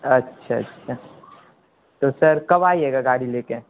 اچھا اچھا تو سر کب آئیے گا گاڑی لے کے